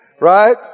Right